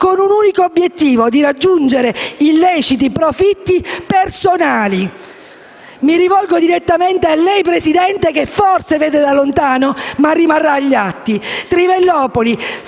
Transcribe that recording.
Grazie a tutte